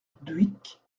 dhuicq